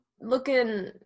looking